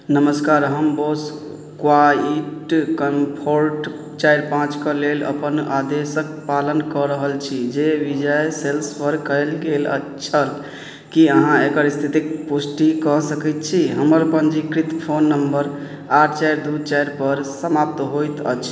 नमस्कार हम बॉस क्वाइट कम्फर्ट चारि पाँचके लेल अपन आदेशके पालन कऽ रहल छी जे विजय सेल्सपर कएल गेल अँ छल कि अहाँ एकर इस्थितिके पुष्टि कऽ सकै छी हमर पञ्जीकृत फोन नम्बर आठ चारि दुइ चारिपर समाप्त होइत अछि